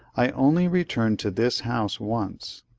i only returned to this house once.